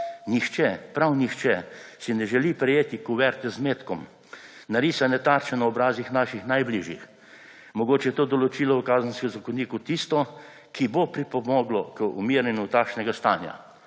Nihče, prav nihče si ne želi prejeti kuverte z metkom, narisane tarče na obrazih svojih najbližjih. Mogoče je to določilo v Kazenskem zakoniku tisto, ki bo pripomoglo k umirjanju takšnega stanja.